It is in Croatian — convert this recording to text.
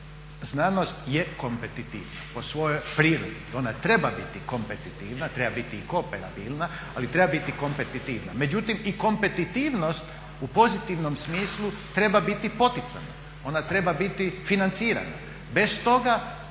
znanost je kompetitivna po svojoj prirodi i ona treba biti kompetitivna, treba biti i koperabilna ali treba biti kompetitivna. Međutim i kompetitivnost u pozitivnom smislu treba biti poticaj, ona treba biti financirana. Bez toga